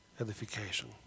edification